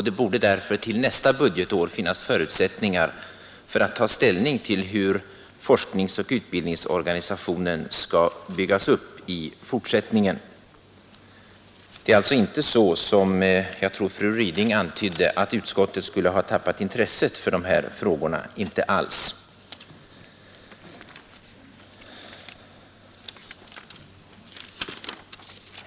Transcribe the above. Det borde därför till nästa budgetår finnas förutsättningar för att ta ställning till hur forskningsoch utbildningsorganisationen skall byggas upp i fortsättningen. Det är alltså inte alls så som fru Ryding antydde, nämligen att utskottet skulle ha tappat intresset för dessa frågor.